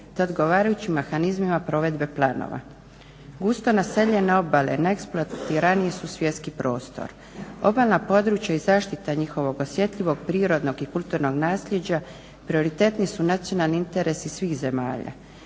odgovarajućim mehanizmima provedbe planova. Gusto naseljene obale najeksplotiraniji su svjetski prostor. Obalna područja i zaštita njihovog osjetljivog, prirodnog i kulturnog naslijeđa prioritetni su nacionalni interesi svih zemalja.